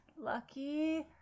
lucky